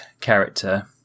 character